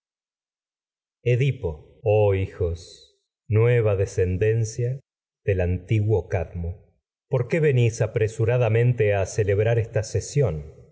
edipo oh hijos nueva decadencia del antiguo mo cad por qué venís apresuradamente a celebrar esta